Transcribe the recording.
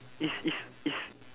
is is is is